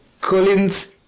Collins